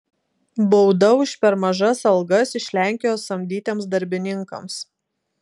bauda už per mažas algas iš lenkijos samdytiems darbininkams